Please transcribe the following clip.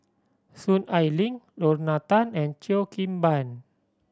Soon Ai Ling Lorna Tan and Cheo Kim Ban